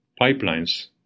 pipelines